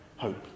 Hope